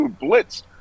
blitz